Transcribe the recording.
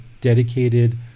dedicated